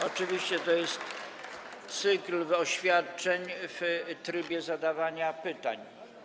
Oczywiście to jest cykl oświadczeń w trybie zadawania pytań.